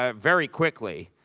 ah very quickly,